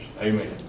Amen